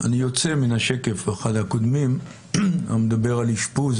אני יוצא מן השקף המדבר על אשפוז,